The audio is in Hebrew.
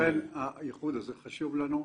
חפצים חיים, לכן האיחוד הזה חשוב לנו.